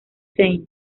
saint